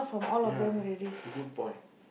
ya good boy